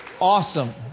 Awesome